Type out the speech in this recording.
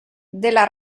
della